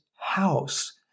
house